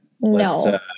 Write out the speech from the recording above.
No